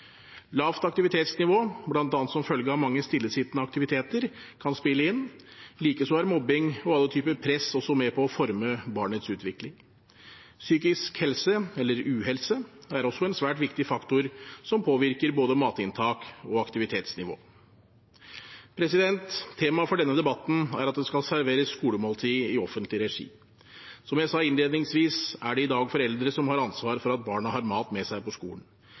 Lavt aktivitetsnivå, bl.a. som følge av mange stillesittende aktiviteter, kan spille inn, likeså er mobbing og alle typer press også med på å forme barnets utvikling. Psykisk helse – eller uhelse – er også en svært viktig faktor som påvirker både matinntak og aktivitetsnivå. Temaet for denne debatten er at det skal serveres skolemåltid i offentlig regi. Som jeg sa innledningsvis, er det i dag foreldre som har ansvar for at barna har mat med seg på skolen.